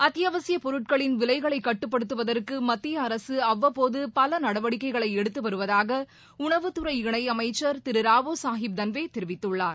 அத்தியாவசிய பொருட்களின் விலைகளை கட்டுப்படுத்துவதற்கு மத்திய அரசு அவ்வபோது பல நடவடிக்கைகளை எடுத்து வருவதாக உணவுத் துறை இணை அமைச்சர் திரு ராவோ சாகிப் தன்வே தெரிவித்துள்ளார்